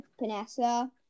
Panessa